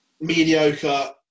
mediocre